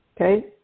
Okay